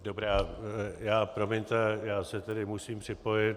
Dobrá, promiňte, já se tedy musím připojit.